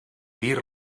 dir